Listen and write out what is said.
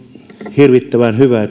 hirvittävän hyvä